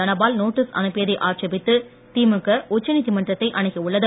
Dhanapal notice அனுப்பியதை ஆட்சேபித்து திமுக உச்ச நீதிமன்றத்தை அணுகியுள்ளது